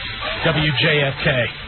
WJFK